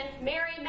Mary